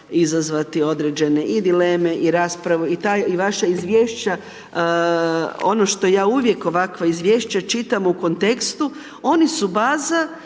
izazvati određene i dileme i raspravu i vaša izvješća, ono što ja uvijek ovakva izvješća čitam u kontekstu, oni su baza